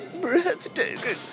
Breathtaking